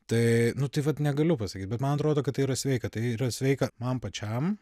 tai nu tai vat negaliu pasakyt bet man atrodo kad tai yra sveika tai yra sveika man pačiam